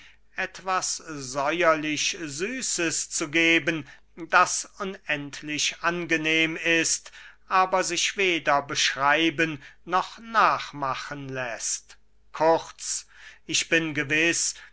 etwas säuerlichsüßes zu geben das unendlich angenehm ist aber sich weder beschreiben noch nachmachen läßt kurz ich bin gewiß